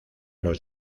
los